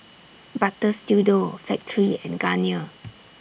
Butter Studio Factorie and Garnier